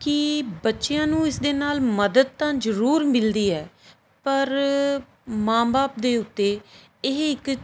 ਕਿ ਬੱਚਿਆਂ ਨੂੰ ਇਸ ਦੇ ਨਾਲ ਮਦਦ ਤਾਂ ਜ਼ਰੂਰ ਮਿਲਦੀ ਹੈ ਪਰ ਮਾਂ ਬਾਪ ਦੇ ਉੱਤੇ ਇਹ ਇੱਕ